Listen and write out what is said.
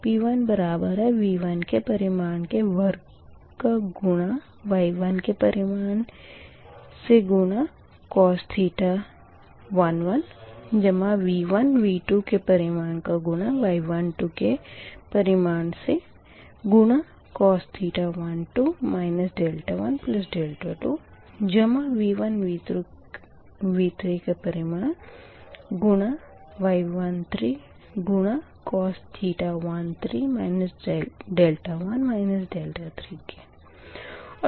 P1 बराबर है V1के परिमाण के वर्ग का गुणा Y11 के परिमाण से गुणा cos θ11 जमा V1 V2 के परिमाण का गुणा Y12 के परिमाण से गुणा cos θ12 1 2जमा V1 V3 का परिमाण गुणा Y13 गुणा cos θ13 1 3 के